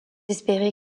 espérer